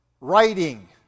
writing